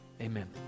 amen